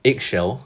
egg shell